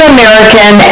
American